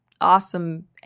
awesome